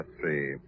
three